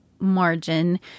Margin